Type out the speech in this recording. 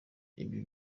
ibi